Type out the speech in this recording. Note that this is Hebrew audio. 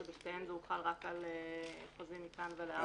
שבשתיהן זה הוחל רק על חוזים מכאן ולהבא.